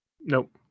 nope